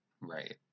Right